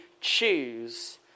choose